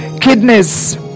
kidneys